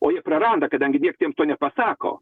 o jie praranda kadangi nieks jiem to nepasako